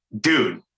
Dude